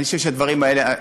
אני חושב שהדברים האלה,